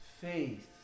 faith